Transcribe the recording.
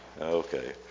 Okay